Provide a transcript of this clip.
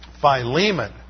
Philemon